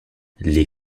les